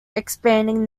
expanding